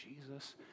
Jesus